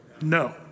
No